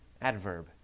adverb